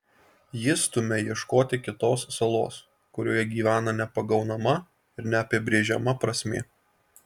ji stumia ieškoti kitos salos kurioje gyvena nepagaunama ir neapibrėžiama prasmė